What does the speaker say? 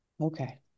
Okay